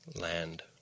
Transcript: land